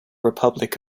republic